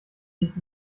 nicht